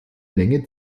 länge